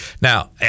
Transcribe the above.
Now